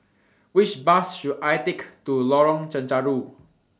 Which Bus should I Take to Lorong Chencharu